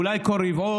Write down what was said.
אולי כל רבעון,